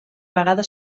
vegada